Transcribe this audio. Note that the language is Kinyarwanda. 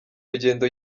rugendo